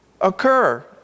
occur